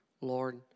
Lord